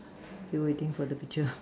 still waiting for the picture